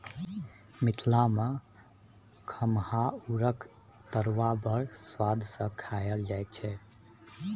मिथिला मे खमहाउरक तरुआ बड़ सुआदि केँ खाएल जाइ छै